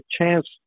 chance